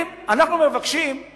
היתה אצלי חברת כביש 6, ומבקשת